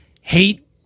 hate